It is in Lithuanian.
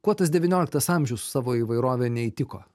kuo tas devynioliktas amžius su savo įvairove neįtiko